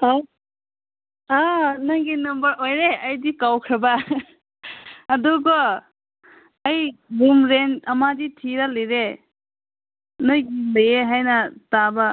ꯍꯥꯎ ꯑꯥ ꯅꯪꯒꯤ ꯅꯝꯕꯔ ꯑꯣꯏꯔꯦ ꯑꯩꯗꯤ ꯀꯥꯎꯈ꯭ꯔꯕ ꯑꯗꯨꯀꯣ ꯑꯩ ꯔꯨꯝ ꯔꯦꯟꯠ ꯑꯃꯗꯤ ꯊꯤꯔꯒ ꯂꯩꯔꯦ ꯅꯣ ꯂꯩ ꯍꯥꯏꯅ ꯇꯥꯕ